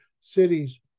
cities